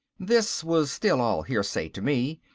this was still all hearsay to me.